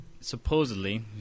supposedly